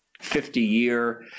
50-year